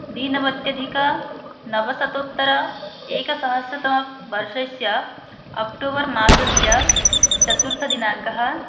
द्विनवत्यधिकनवशतोत्तर एकसहस्रतमवर्षस्य अक्टोबर् मासस्य चतुर्थदिनाङ्कः